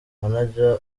manager